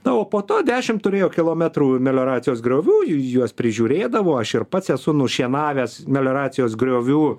na o po to dešim turėjo kilometrų melioracijos griovių juos prižiūrėdavau aš ir pats esu nušienavęs melioracijos griovių